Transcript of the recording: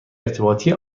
ارتباطی